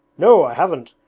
no, i haven't.